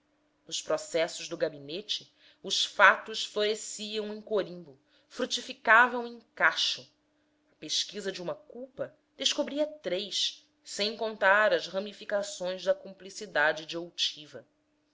nos processos do gabinete os fatos floresciam em carimbo frutificavam em cacho a pesquisa de uma culpa descobria três sem contar as ramificações da cumplicidade de outiva